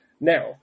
Now